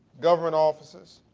government offices,